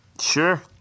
Sure